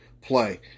play